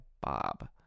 Bob